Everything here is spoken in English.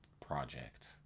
project